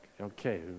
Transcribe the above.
Okay